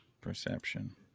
Perception